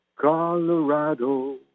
Colorado